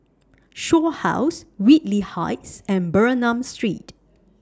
Shaw House Whitley Heights and Bernam Street